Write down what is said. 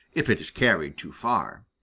if it is carried too far.